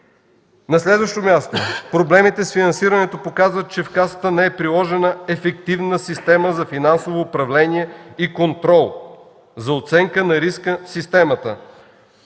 На следващо място: проблемите с финансирането показват, че в Касата не е приложена ефективна система за финансово управление и контрол за оценка на риска в системата.